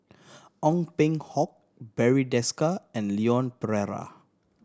Ong Peng Hock Barry Desker and Leon Perera